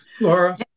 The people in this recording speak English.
Laura